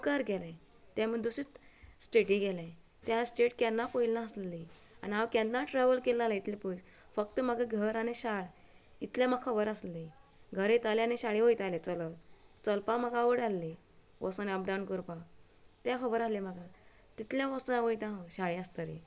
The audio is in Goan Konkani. मुखार गेलें ते म्हूण दुसरे स्टेटी गेले त्या स्टेट केन्ना पयलें नासली आनी हांव केन्ना ट्रेवल केलें ना इतले पयस फक्त म्हाका घर आनी शार इतलें म्हाका खबर आसली घर येतालें आनी शाळें वयतालें चलत चलपा म्हाका आवड आसली वसोन अप डाउन करपाक तें खबर आसलें म्हाका तितलें वास वयता हांव शाळें आसतरीं